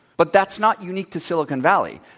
but that's not unique to silicon valley.